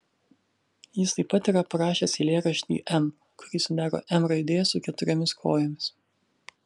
jis taip pat yra parašęs eilėraštį m kurį sudaro m raidė su keturiomis kojomis